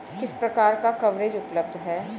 किस प्रकार का कवरेज उपलब्ध है?